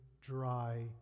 dry